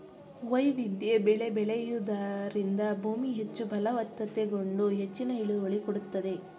ವೈವಿಧ್ಯ ಬೆಳೆ ಬೆಳೆಯೂದರಿಂದ ಭೂಮಿ ಹೆಚ್ಚು ಫಲವತ್ತತೆಗೊಂಡು ಹೆಚ್ಚಿನ ಇಳುವರಿ ಕೊಡುತ್ತದೆ